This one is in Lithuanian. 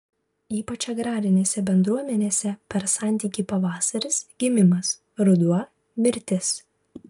ypač agrarinėse bendruomenėse per santykį pavasaris gimimas ruduo mirtis